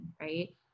right